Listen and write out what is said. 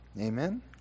Amen